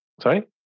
Sorry